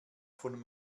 von